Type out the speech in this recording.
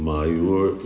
Mayur